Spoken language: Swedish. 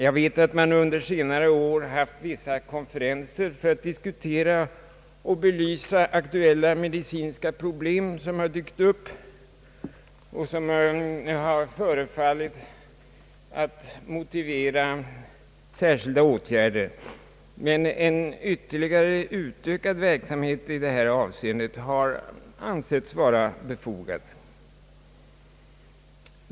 Jag vet att vissa konferenser har ägt rum under senare år för att diskutera och belysa aktuella medicinska problem, som har dykt upp och som har förefallit motivera särskilda åtgärder. En ytterligare utökad verksamhet i detta avseende har också ansetts vara befogad.